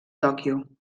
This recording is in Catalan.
tòquio